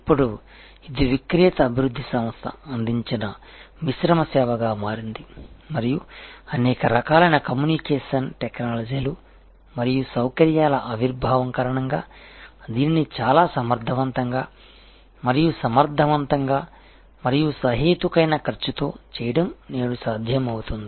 ఇప్పుడు ఇది విక్రేత అభివృద్ధి సంస్థ అందించిన మిశ్రమ సేవగా మారింది మరియు అనేక రకాలైన కమ్యూనికేషన్ టెక్నాలజీలు మరియు సౌకర్యాల ఆవిర్భావం కారణంగా దీనిని చాలా సమర్ధవంతంగా మరియు సమర్ధవంతంగా మరియు సహేతుకమైన ఖర్చుతో చేయడం నేడు సాధ్యమవుతుంది